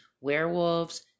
werewolves